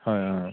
হয় অঁ